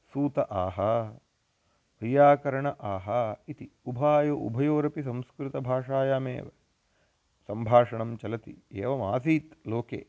सूतः आह वैयाकरणः आह इति उभायोः उभयोरपि संस्कृतभाषायामेव सम्भाषणं चलति एवमासीत् लोके